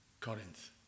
Corinth